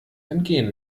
entgehen